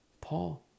Paul